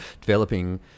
developing